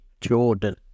Jordan